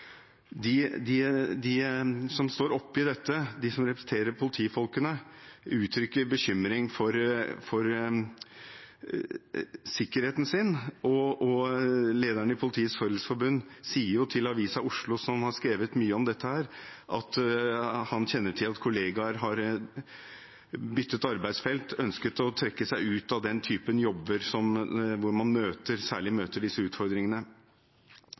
De som står oppe i dette, de som representerer politifolkene, uttrykker bekymring for sikkerheten sin. Lederen i Politiets Fellesforbund sier til Avisa Oslo, som har skrevet mye om dette, at han kjenner til at kollegaer har byttet arbeidsfelt, har ønsket å trekke seg ut av den typen jobber hvor man særlig møter disse utfordringene.